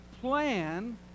plan